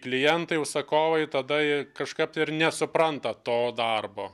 klientai užsakovai tada jie kažkaip tai ir nesupranta to darbo